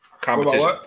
Competition